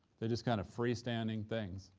they're just kind of freestanding things.